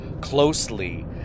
closely